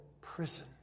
prison